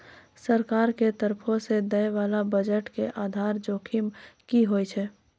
सरकार के तरफो से दै बाला बजट के आधार जोखिम कि होय छै?